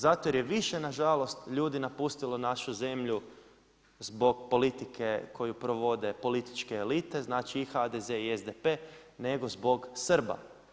Zato jer je više nažalost, ljudi napustilo našu zemlju zbog politike koju provode političke elite, znači i HDZ i SDP nego zbog Srba.